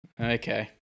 Okay